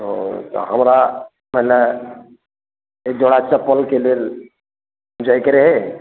ओ तऽ हमरा छलै एक जोड़ा चप्पलके लेल जाएके रहए